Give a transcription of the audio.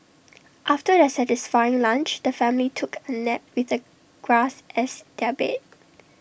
after their satisfying lunch the family took A nap with the grass as their bed